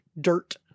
dirt